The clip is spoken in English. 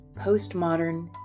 postmodern